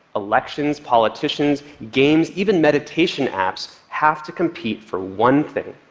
elections, politicians, games, even meditation apps have to compete for one thing,